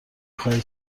خواهید